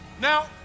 Now